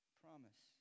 promise